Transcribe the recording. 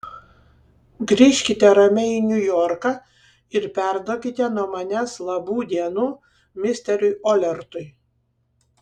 grįžkite ramiai į niujorką ir perduokite nuo manęs labų dienų misteriui olertui